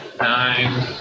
nine